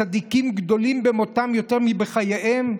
צדיקים גדולים במותם יותר מבחייהם.